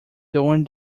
during